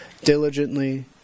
diligently